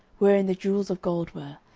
wherein the jewels of gold were,